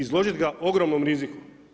Izložit ga ogromnom riziku.